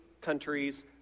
countries